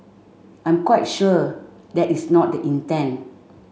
I'm quite sure that is not the intent